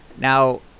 Now